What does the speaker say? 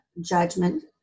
judgment